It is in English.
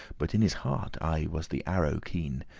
but in his heart aye was the arrow keen,